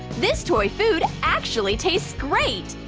this toy food actually tastes great!